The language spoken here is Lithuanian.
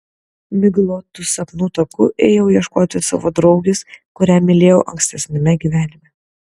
miglotu sapnų taku ėjau ieškoti savo draugės kurią mylėjau ankstesniame gyvenime